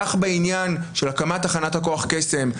כך בעניין של הקמת תחנת הכוח קסם,